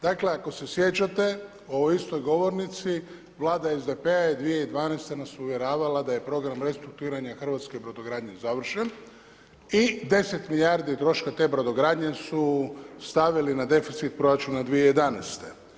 Dakle, ako se sjećate ovoj istoj govornici vlada SDP-a je 2012. nas uvjeravala da je program restrukturiranja hrvatske brodogradnje završen i 10 milijardi troška te brodogradnje su stavili na deficit proračuna 2011.